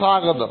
സ്വാഗതം